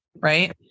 Right